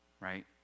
Right